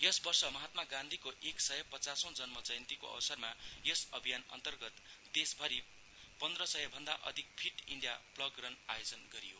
यस वर्ष महात्मा गान्धीको एकसय पच्चासौ जन्म जयन्तीको अवसरमा यस अभियान अन्तर्गत देश भरी पन्द्रसय भन्य अधिक फिट इण्डिया प्लग रन आयोजन गरियो